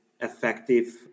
effective